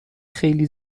خیلی